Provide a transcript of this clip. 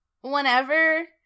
whenever